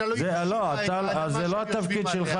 זה לא התפקיד שלך לקבוע.